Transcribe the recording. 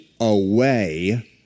away